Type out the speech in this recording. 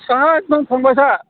साहा एकदम थांबाय था